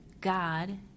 God